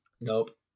Nope